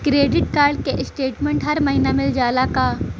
Credit card क statement हर महिना मिल जाला का?